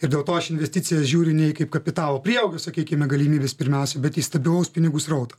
ir dėl to aš į investicijas žiūriu ne į kaip kapitalo prieaugio sakykime galimybes pirmiausia bet į stabilaus pinigų srauto